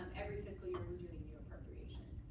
every fiscal year, we're doing new appropriations.